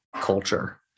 culture